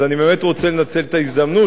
אז אני באמת רוצה לנצל את ההזדמנות,